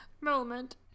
moment